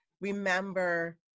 remember